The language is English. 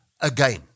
again